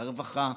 לרווחה,